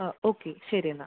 ആ ഓക്കേ ശരി എന്നാല്